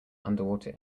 underwater